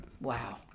Wow